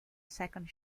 second